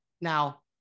Now